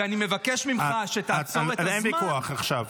ואני מבקש ממך שתעצור את הזמן --- אין ויכוח עכשיו.